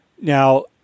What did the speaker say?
now